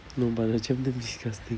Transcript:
no but the jam damn disgusting